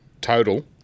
Total